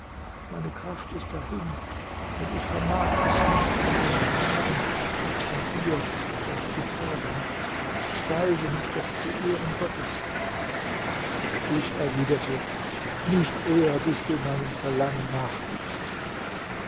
meine kraft ist dahin und ich vermag es nicht von einem andern als von dir etwas zu fordern speise mich doch zu ehren gottes ich erwiderte nicht eher bis du meinem verlangen nachgibst